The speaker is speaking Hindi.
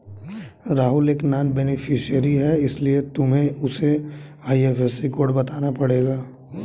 राहुल एक नॉन बेनिफिशियरी है इसीलिए तुम्हें उसे आई.एफ.एस.सी कोड बताना पड़ेगा